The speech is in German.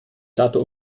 dato